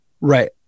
Right